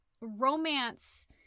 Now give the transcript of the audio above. romance